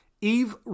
Eve